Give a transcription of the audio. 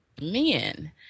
men